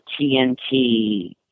TNT